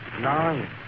Nine